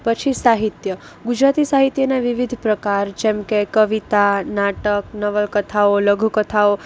પછી સાહિત્ય ગુજરાતી સાહિત્યના વિવિધ પ્રકાર જેમકે કવિતા નાટક નવલકથાઓ લઘુ કથાઓ